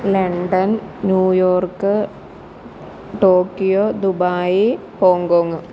London New York Tokyo Dubai Hong Kong